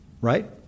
right